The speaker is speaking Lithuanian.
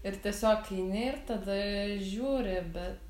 ir tiesiog eini ir tada žiūri bet